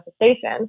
manifestation